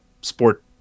sport